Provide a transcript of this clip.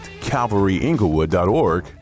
CalvaryEnglewood.org